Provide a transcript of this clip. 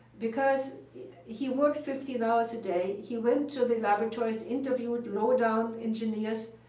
because he worked fifteen hours a day. he went to the laboratories, interviewed low-down engineers.